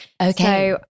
okay